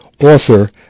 author